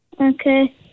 Okay